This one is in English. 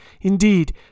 Indeed